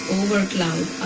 overcloud